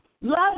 Love